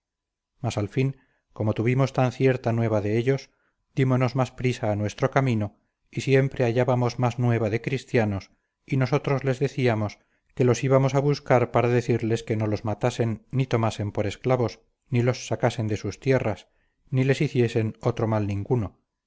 mas al fin como tuvimos tan cierta nueva de ellos dímonos más prisa a nuestro camino y siempre hallábamos más nueva de cristianos y nosotros les decíamos que los íbamos a buscar para decirles que no los matasen ni tomasen por esclavos ni los sacasen de sus tierras ni les hiciesen otro mal ninguno